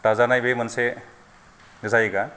दाजानाय बे मोनसे जायगा